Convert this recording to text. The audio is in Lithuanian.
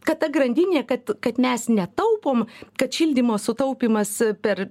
kad ta grandinė kad kad mes netaupom kad šildymo sutaupymas per